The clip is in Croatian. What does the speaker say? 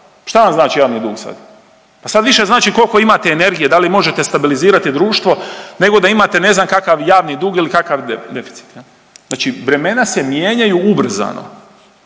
Šta vam znači javni dug sad? Pa sad više znači koliko imate energije, da li možete stabilizirati društvo nego da imate ne znam kakav javni dug ili kakav deficit. Znači vremena se mijenjaju ubrzano,